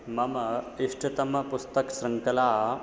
मम इष्टतमपुस्तकशृङ्खला